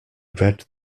read